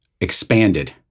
expanded